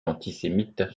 antisémites